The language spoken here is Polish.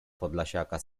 podlasiaka